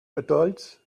adults